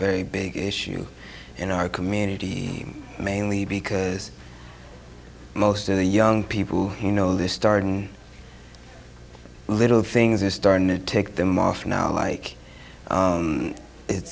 very big issue in our community mainly because most of the young people you know they're starting little things are starting to take them off now like it's